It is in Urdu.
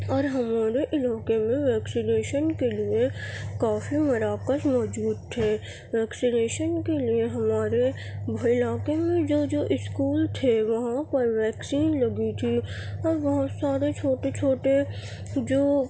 اور ہمارے علاقے میں ویکسینیشن کے لیے کافی مراکز موجود تھے ویکسینیشن کے لیے ہمارے علاقے میں جو جو اسکول تھے وہاں پر ویکسین لگی تھی اور بہت سارے چھوٹے چھوٹے جو